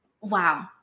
wow